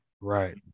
Right